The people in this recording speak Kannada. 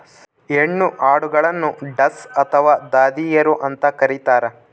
ಹೆಣ್ಣು ಆಡುಗಳನ್ನು ಡಸ್ ಅಥವಾ ದಾದಿಯರು ಅಂತ ಕರೀತಾರ